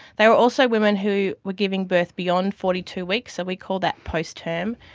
they were also women who were giving birth beyond forty two weeks, so we call that post-term,